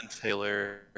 Taylor